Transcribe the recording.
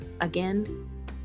again